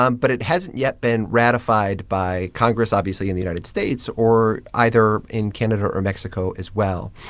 um but it hasn't yet been ratified by congress, obviously, in the united states or either in canada or mexico as well.